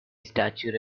statute